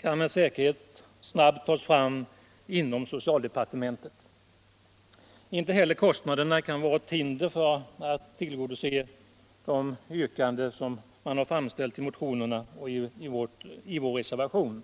kan med säkerhet snabbt tas fram tnom socialdepartementet. | Inte heller kostnaderna kan vara hinder för att tillgodose de yrkanden man framställt i motionerna och i vår reservation.